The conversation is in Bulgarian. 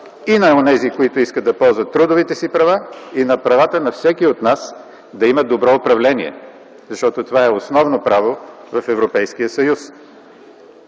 на онези, които искат да ползват трудовите си права и на правата на всеки от нас да има добро управление. Защото това е основно право в Европейския съюз.